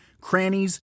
crannies